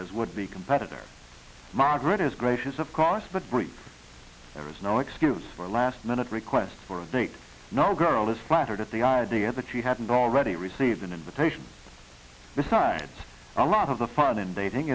his would be competitor margaret is gracious of course but bring there is no excuse for a last minute request for a date no girl is flattered at the idea that you hadn't already received an invitation besides a lot of the fun in dating